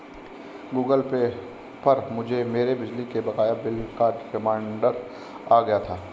Google Pay पर मुझे मेरे बिजली के बकाया बिल का रिमाइन्डर आ गया था